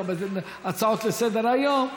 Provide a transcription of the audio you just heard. גם בהצעות לסדר-היום.